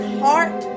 heart